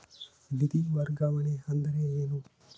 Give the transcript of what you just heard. ನಿಧಿ ವರ್ಗಾವಣೆ ಅಂದರೆ ಏನು?